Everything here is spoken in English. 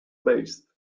based